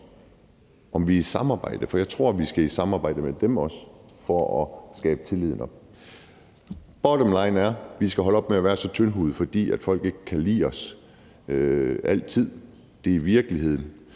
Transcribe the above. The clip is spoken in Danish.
om at samarbejde, for jeg tror, at vi også skal samarbejde med dem for at genskabe tilliden. Bottomline er, at vi skal holde op med at være så tyndhudede, fordi folk ikke altid kan lide os. Det er virkeligheden.